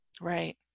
Right